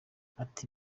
ati